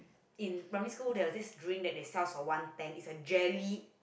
in primary school there was this drink that they sell for one ten is a jelly